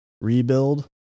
rebuild